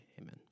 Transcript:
amen